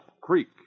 Creek